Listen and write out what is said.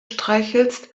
streichelst